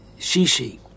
Shishi